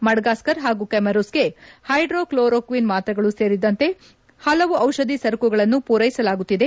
ಮಡ್ಗಾಸ್ಕರ್ ಹಾಗೂ ಕ್ವಾಮರೂಸ್ಗೆ ಹೈಡ್ರೋಕ್ಲೋರೊಕ್ಷಿನ್ ಮಾತ್ರೆಗಳು ಸೇರಿದಂತೆ ಹಲವು ಔಷಧಿ ಸರಕುಗಳನ್ನು ಪೂರೈಸಲಾಗುತ್ತಿದೆ